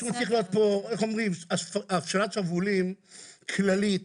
פה הפשלת שרוולים כללית